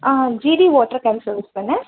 GT water can service தானே